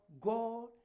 God